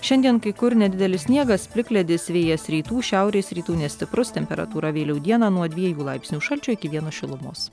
šiandien kai kur nedidelis sniegas plikledis vėjas rytų šiaurės rytų nestiprus temperatūra vėliau dieną nuo dviejų laipsnių šalčio iki vieno šilumos